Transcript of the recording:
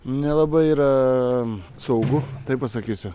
nelabai yra saugu taip pasakysiu